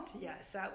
Yes